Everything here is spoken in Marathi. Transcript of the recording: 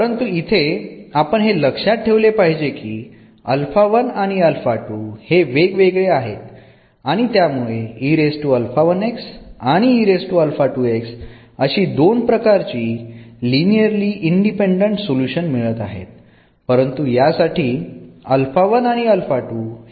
परंतु इथे आपण हे लक्षात ठेवले पाहिजे की हे वेगवेगळे आहेत आणि त्यामुळे आणि अशी दोन प्रकारची लीनियर अली इंडिपेंडंट सोल्युशन मिळत आहेत